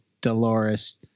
Dolores